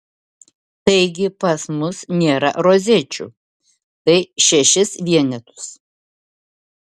taigi pas mus nėra rozečių tai šešis vienetus